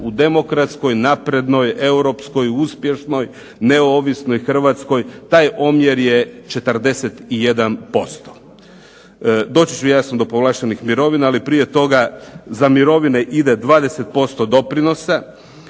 u demokratskoj naprednoj Europskoj uspješnoj neovisnoj Hrvatskoj taj omjer je 41%. Doći ću jasno do povlaštenih mirovina, ali prije toga za mirovine ide 20% doprinosa,